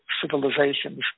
civilizations